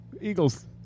Eagles